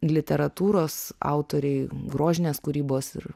literatūros autoriai grožinės kūrybos ir